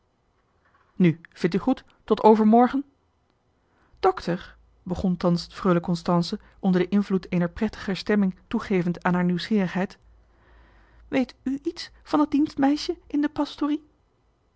nu vindt u goed tot overmorgen dokter begon thans freule constance onder den invloed eener prettiger stemming toegevend aan haar nieuwsgierigheid weet ù iets van dat dienstmeisje in de pâstrie